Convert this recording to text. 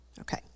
Okay